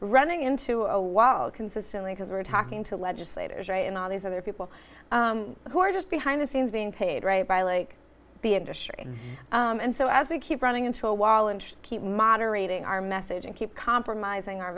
running into a wall consistently because we're talking to legislators right and all these other people who are just behind the scenes being paid right by like the industry and so as we keep running into a wall and just keep moderating our message and keep compromising our